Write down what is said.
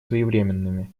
своевременными